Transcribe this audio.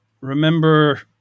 remember